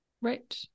Right